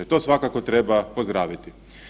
To svakako treba pozdraviti.